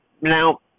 Now